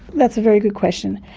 that's a very good question.